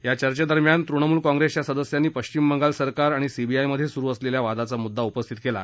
या चर्चेदरम्यान तृणमूल काँप्रेसच्या सदस्यांनी पश्चिम बंगाल सरकार आणि सीबीआयमध्ये सुरु असलेल्या वादाचा मुद्दा उपस्थित केला